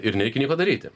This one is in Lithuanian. ir nereikia nieko daryti